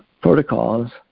protocols